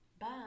Bye